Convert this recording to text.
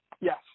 Yes